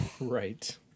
Right